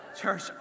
Church